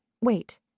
wait